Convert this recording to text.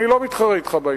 אני לא מתחרה אתך בעניין.